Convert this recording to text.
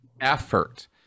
effort